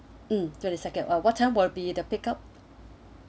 mm thirty second or what time uh will be the pick up